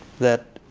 that